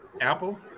Apple